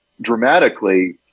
dramatically